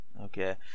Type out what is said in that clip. Okay